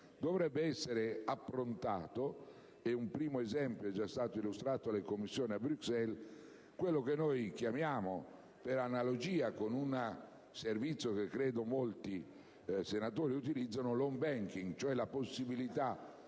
dovrebbe essere approntato (un primo esempio è stato già illustrato alle Commissioni a Bruxelles) quello che noi chiamiamo, in analogia con un servizio che credo molti senatori utilizzino, l'*home banking*. Si tratta della possibilità